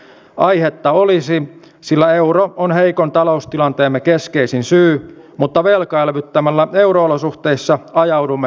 aihetta olisi sillä euro on heikon taloustilanteemme keskeisin syy mutta velkaelvyttämällä euro olosuhteissa ajaudumme liittovaltioon